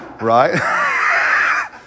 right